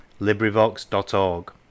LibriVox.org